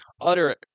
utter